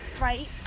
Right